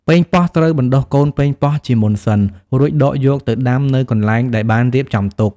ប៉េងប៉ោះ ត្រូវបណ្ដុះកូនប៉េងប៉ោះជាមុនសិន រួចដកយកទៅដាំនៅកន្លែងដែលបានរៀបចំទុក។